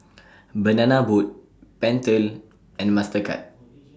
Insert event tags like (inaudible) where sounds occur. (noise) Banana Boat Pentel and Mastercard